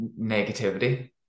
negativity